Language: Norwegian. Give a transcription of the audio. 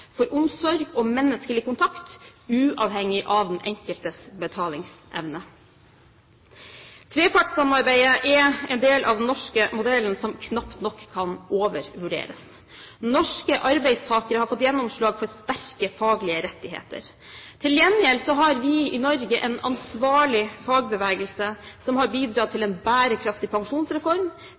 for omsorg og menneskelig kontakt, uavhengig av den enkeltes betalingsevne. Trepartssamarbeidet er en del av den norske modellen som knapt nok kan overvurderes. Norske arbeidstakere har fått gjennomslag for sterke faglige rettigheter. Til gjengjeld har vi i Norge en ansvarlig fagbevegelse som har bidratt til en bærekraftig pensjonsreform,